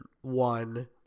one